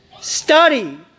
Study